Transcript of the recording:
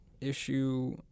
issue